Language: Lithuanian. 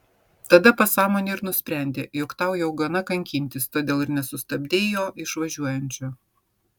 tada pasąmonė ir nusprendė jog tau jau gana kankintis todėl ir nesustabdei jo išvažiuojančio